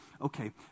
okay